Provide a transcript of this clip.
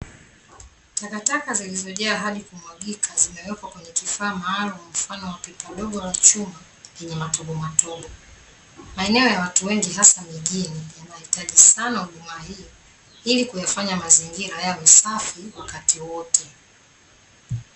Takataka zilizojaa hadi kumwagika, zimewekwa kwenye kifaa maalum mfano wa pipa dogo la chuma lenye matobo matobo. Maeneo ya watu wengi hasa mijini yanahitaji sana huduma hii, ili kuyafanya Mazingira yawe safi wakati wote.